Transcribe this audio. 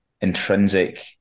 intrinsic